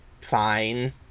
fine